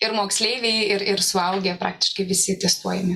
ir moksleiviai ir ir suaugę praktiškai visi testuojami